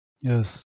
Yes